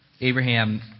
Abraham